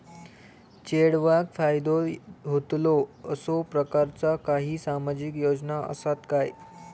चेडवाक फायदो होतलो असो प्रकारचा काही सामाजिक योजना असात काय?